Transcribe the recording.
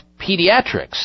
Pediatrics